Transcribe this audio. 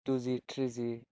two G three G